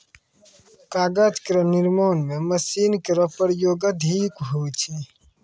कागज केरो निर्माण म मशीनो केरो प्रयोग अधिक होय छै